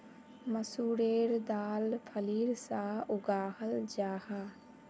मसूरेर दाल फलीर सा उगाहल जाहा